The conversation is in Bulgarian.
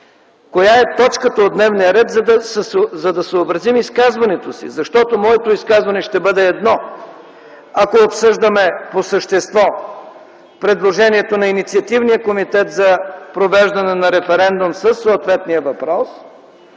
коя е точката от дневния ред, за да съобразим изказването си, защото моето изказване ще бъде едно, ако обсъждаме по същество предложението на инициативния комитет за провеждане на референдум със съответния въпрос